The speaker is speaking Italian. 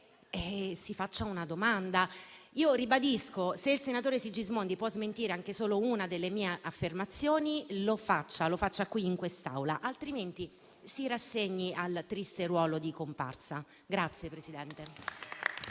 si faccia una domanda. Ribadisco che, se il senatore Sigismondi può smentire anche solo una delle mie affermazioni, può farlo qui in quest'Aula, altrimenti si rassegni al triste ruolo di comparsa.